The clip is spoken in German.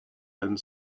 einen